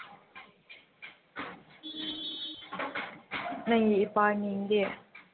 ꯅꯪꯒꯤ ꯏꯄꯥ ꯃꯤꯡꯗꯤ